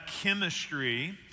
chemistry